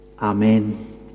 Amen